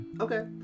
Okay